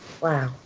wow